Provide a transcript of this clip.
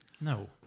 No